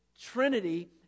trinity